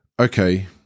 okay